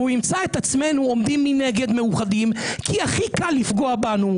והוא ימצא אותנו עומדים מנגד מאוחדים כי הכי קל לפגוע בנו,